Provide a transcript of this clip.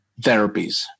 therapies